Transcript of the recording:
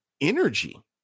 energy